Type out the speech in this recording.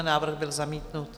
Návrh byl zamítnut.